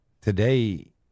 today